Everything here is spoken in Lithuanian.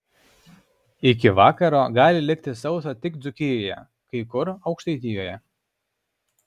iki vakaro gali likti sausa tik dzūkijoje kai kur aukštaitijoje